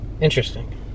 Interesting